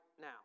now